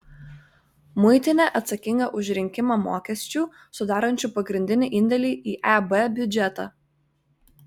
muitinė atsakinga už rinkimą mokesčių sudarančių pagrindinį indėlį į eb biudžetą